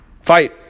fight